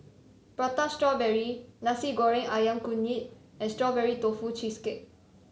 Prata Strawberry Nasi Goreng ayam Kunyit and Strawberry Tofu Cheesecake